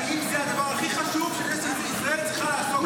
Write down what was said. אם זה הדבר הכי חשוב שכנסת ישראל צריכה לעסוק בו.